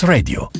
Radio